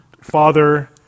father